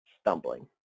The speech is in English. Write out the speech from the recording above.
stumbling